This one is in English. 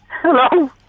Hello